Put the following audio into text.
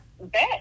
bet